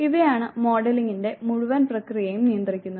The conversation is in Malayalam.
ഇവയാണ് മോഡലിംഗിന്റെ മുഴുവൻ പ്രക്രിയയെയും നിയന്ത്രിക്കുന്നത്